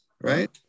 Right